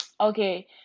okay